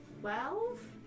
Twelve